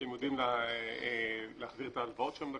שהם יודעים להחזיר את ההלוואות שהם לקחו,